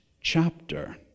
chapter